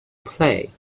play